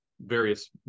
various